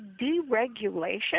deregulation